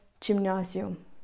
gymnasium